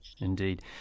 indeed